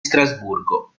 strasburgo